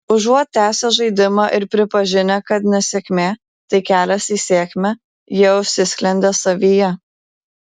užuot tęsę žaidimą ir pripažinę kad nesėkmė tai kelias į sėkmę jie užsisklendė savyje